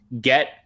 get